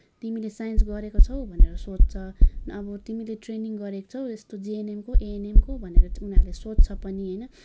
तिमीले साइन्स गरेको छौ भनेर सोध्छ तिमीले ट्रेनिङ गरेको छौ यस्तो जिएनएमको एएनएमको भनेर उनीहरूले सोध्छ पनि होइन